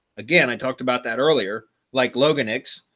again, i talked about that earlier, like logan x,